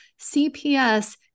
CPS